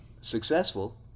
Successful